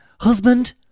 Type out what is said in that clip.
husband